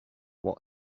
what